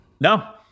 No